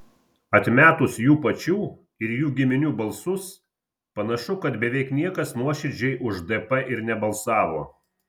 atmetus jų pačių ir jų giminių balsus panašu kad beveik niekas nuoširdžiai už dp ir nebalsavo